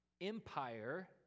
empire